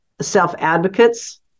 self-advocates